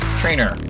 trainer